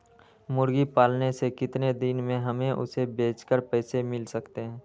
मुर्गी पालने से कितने दिन में हमें उसे बेचकर पैसे मिल सकते हैं?